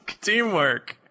Teamwork